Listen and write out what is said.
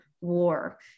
war